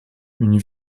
une